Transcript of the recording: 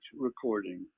recording